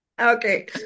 Okay